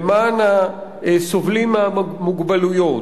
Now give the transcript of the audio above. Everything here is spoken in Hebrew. למען הסובלים ממוגבלויות,